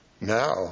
Now